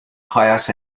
class